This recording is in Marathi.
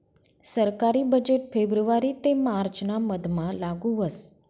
सरकारी बजेट फेब्रुवारी ते मार्च ना मधमा लागू व्हस